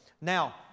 Now